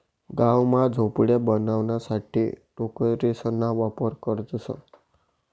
गाव मा झोपड्या बनवाणासाठे टोकरेसना वापर करतसं